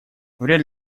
вряд